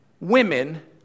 women